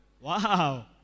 Wow